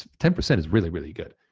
ten percent is really, really good.